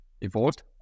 evolved